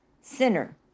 sinner